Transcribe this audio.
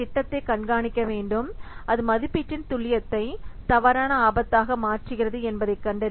திட்டத்தை கண்காணிக்க வேண்டும் அது மதிப்பீட்டின் துல்லியத்தை தவறான ஆபத்தாக மாற்றுகிறது என்பதை கண்டறிய